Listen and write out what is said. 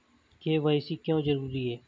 KYC क्यों जरूरी है?